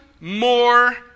more